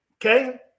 okay